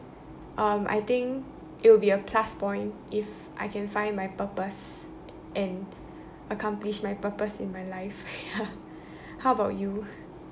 um I think it would be a plus point if I can find my purpose and accomplish my purpose in my life ya how about you